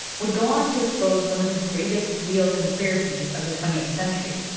would go on to expose one of the greatest real conspiracies of the twentieth century.